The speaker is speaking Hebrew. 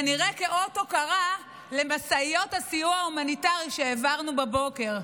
כנראה כאות הוקרה על משאיות הסיוע ההומניטרי שהעברנו בבוקר.